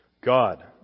God